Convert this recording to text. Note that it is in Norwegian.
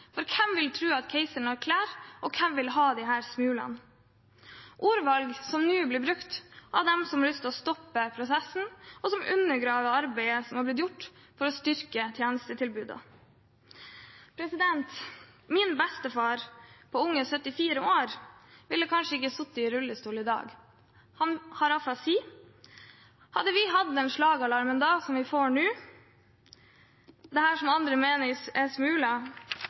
for hvem vil tro at keiseren har klær, og hvem vil ha disse smulene? Dette er ordvalg som nå blir gjort av dem som har lyst å stoppe prosessen, og som undergraver arbeidet som har blitt gjort for å styrke tjenestetilbudet. Min bestefar, som er 74 år ung, har afasi. Han ville kanskje ikke sittet i rullestol i dag hadde vi den gang hatt den slagalarmen som vi får nå – dette som andre mener er